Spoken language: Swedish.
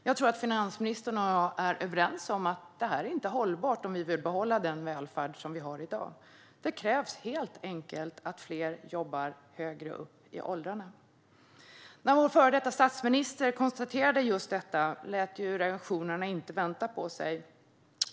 Jag tror att finansministern och jag är överens om att detta inte är hållbart om vi vill behålla den välfärd som vi har i dag. Det krävs helt enkelt att fler jobbar högre upp i åldrarna. När vår före detta statsminister konstaterade just detta lät reaktionerna inte vänta på sig.